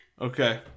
Okay